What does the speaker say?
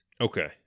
Okay